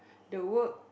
the work